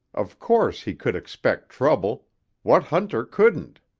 of course he could expect trouble what hunter couldn't